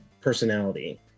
personality